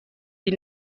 این